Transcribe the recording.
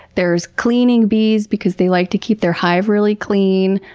there's cleaning bees because they like to keep their hive really clean.